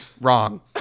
wrong